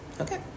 Okay